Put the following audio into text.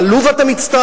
גם על לוב אתם מצטערים?